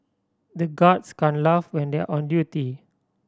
the guards can't laugh when they are on duty